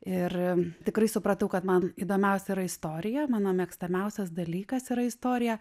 ir tikrai supratau kad man įdomiausia yra istorija mano mėgstamiausias dalykas yra istorija